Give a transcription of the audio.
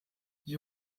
die